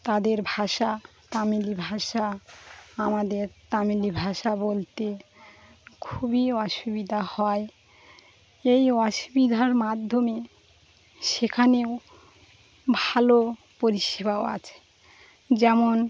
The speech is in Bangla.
তাদের ভাষা তামিলি ভাষা আমাদের তামিলি ভাষা বলতে খুবই অসুবিধা হয় এই অসুবিধার মাধ্যমে সেখানেও ভালো পরিষেবাও আছে যেমন